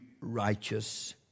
righteous